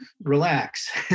Relax